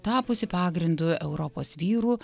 tapusį pagrindu europos vyrų